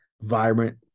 vibrant